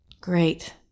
Great